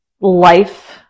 life